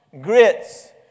grits